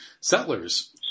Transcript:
settlers